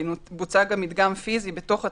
בוצע גם מדגם פיסי בתוך התיקים,